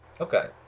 Okay